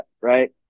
right